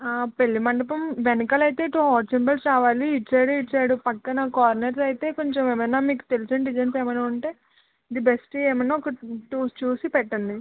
ఆ పెళ్ళి మండపం వెనకాల అయితే టూ హార్ట్ సింబల్స్ రావాలి ఇటు సైడు ఇటు సైడు పక్కన కార్నర్లో అయితే కొంచెం ఏమైనా మీకు తెలిసిన డిజైన్స్ ఏవైనా ఉంటే ది బెస్ట్ ఏమన్నా టూ చూసి పెట్టండి